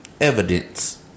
evidence